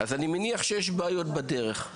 אז אני מניח שיש בעיות בדרך,